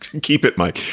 keep it, mike.